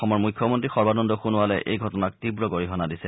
অসমৰ মুখ্যমন্তী সৰ্বানন্দ সোণোৱালে এই ঘটনাক তীৱ গৰিহণা দিছে